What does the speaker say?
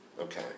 Okay